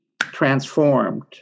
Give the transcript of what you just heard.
transformed